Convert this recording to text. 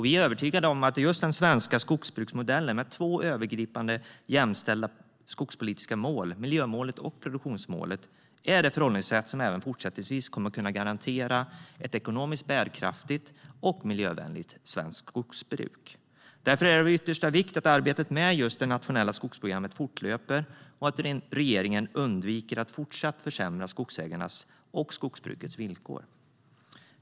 Vi är övertygade om att just den svenska skogsbruksmodellen med två övergripande och jämställda skogspolitiska mål - miljömålet och produktionsmålet - är det förhållningssätt som även fortsättningsvis kommer att kunna garantera ett ekonomiskt bärkraftigt och miljövänligt svenskt skogsbruk. Därför är det av yttersta vikt att arbetet med det nationella skogsprogrammet fortlöper och att regeringen undviker att fortsatt försämra skogsägarnas och skogsbrukets villkor.